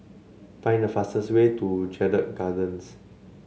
find the fastest way to Jedburgh Gardens